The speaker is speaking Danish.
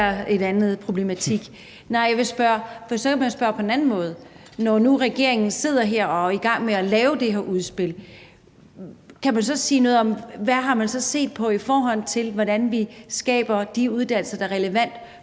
det være en anden problematik. Så kan man jo spørge på en anden måde. Når nu regeringen sidder her og er i gang med at lave det her udspil, kan man så sige noget om, hvad man har set på, i forhold til hvordan vi skaber de uddannelser der er relevante